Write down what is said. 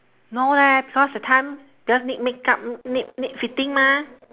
no leh because that time just need make up n~ need need fitting mah